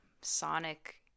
sonic